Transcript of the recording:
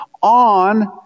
on